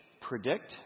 predict